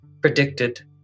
predicted